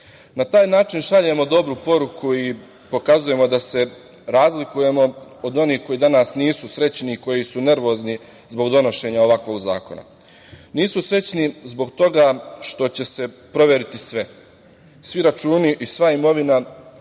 taj način šaljemo dobru poruku i pokazujemo da se razlikujemo od onih koji danas nisu srećni, koji su nervozni zbog donošenja ovakvog zakona. Nisu srećni zbog toga što će se proveriti sve, svi računi i sva imovina,